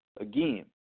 Again